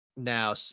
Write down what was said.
Now